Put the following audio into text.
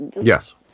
yes